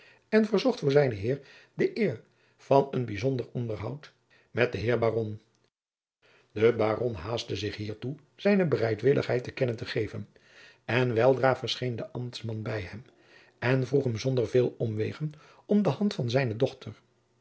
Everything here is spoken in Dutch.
lennep de pleegzoon nen heer de eer van een bijzonder onderhoud met den heer baron de baron haastte zich hiertoe zijne bereidwilligheid te kennen te geven en weldra verscheen de ambtman bij hem en vroeg hem zonder veel omwegen om de hand van zijne dochter